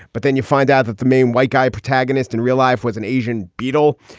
but then you find out that the main white guy protagonist in real life was an asian beetle.